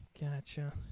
Gotcha